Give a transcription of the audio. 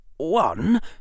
one